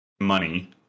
money